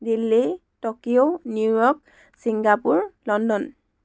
Delhi Tokyo New York Singapore London